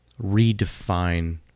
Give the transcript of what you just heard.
redefine